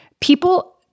people